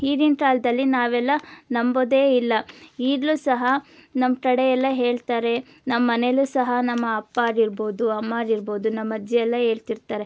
ಈಗಿನ ಕಾಲದಲ್ಲಿ ನಾವೆಲ್ಲ ನಂಬೋದೆ ಇಲ್ಲ ಈಗಲು ಸಹ ನಮ್ಮ ಕಡೆ ಎಲ್ಲ ಹೇಳ್ತಾರೆ ನಮ್ಮನೇಲು ಸಹ ನಮ್ಮ ಅಪ್ಪ ಆಗಿರ್ಬೋದು ಅಮ್ಮ ಆಗಿರ್ಬೋದು ನಮ್ಮಜ್ಜಿ ಎಲ್ಲ ಹೇಳ್ತಿರ್ತಾರೆ